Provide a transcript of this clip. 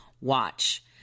Watch